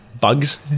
bugs